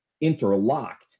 interlocked